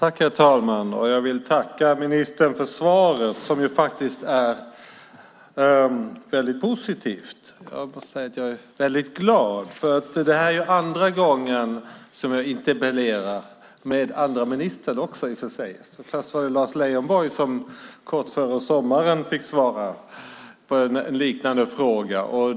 Herr talman! Jag vill tacka ministern för svaret, som faktiskt är väldigt positivt. Jag får säga att jag är väldigt glad. Det är andra gången som jag interpellerar, nu till den andre ministern. Först var det Lars Leijonborg som kort före sommaren fick svara på en liknande fråga.